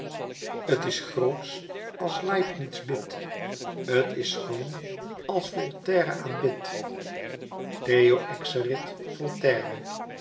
t is grootsch als leibnitz bidt t is schoon als voltaire aanbidt deo exerit